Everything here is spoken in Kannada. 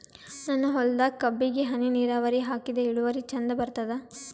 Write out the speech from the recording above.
ನನ್ನ ಹೊಲದಾಗ ಕಬ್ಬಿಗಿ ಹನಿ ನಿರಾವರಿಹಾಕಿದೆ ಇಳುವರಿ ಚಂದ ಬರತ್ತಾದ?